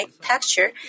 texture